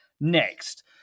next